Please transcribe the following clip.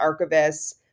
archivists